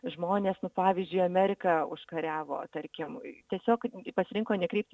žmonės nu pavyzdžiui ameriką užkariavo tarkim tiesiog pasirinko nekreipti